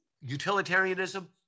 utilitarianism